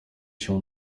się